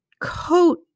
coat